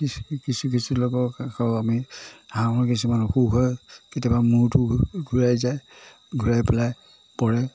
কিছু কিছু আমি হাঁহৰ কিছুমান অসুখ হয় কেতিয়াবা মূৰটো ঘূৰাই যায় ঘূৰাই পেলাই পৰে